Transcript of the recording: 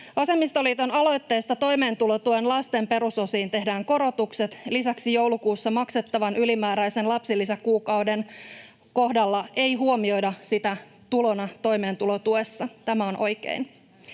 Vasemmistoliiton aloitteesta toimeentulotuen lasten perusosiin tehdään korotukset. Lisäksi joulukuussa maksettavan ylimääräisen lapsilisäkuukauden kohdalla ei huomioida sitä tulona toimeentulotuessa — tämä on oikein.